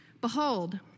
Behold